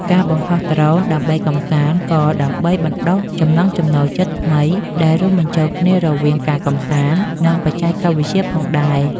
ការបង្ហោះដ្រូនដើម្បីកម្សាន្ត ក៏ដើម្បីបណ្ដុះចំណង់ចំណូលចិត្តថ្មីដែលរួមបញ្ចូលគ្នារវាងការកម្សាន្ត និងបច្ចេកវិទ្យាផងដែរ។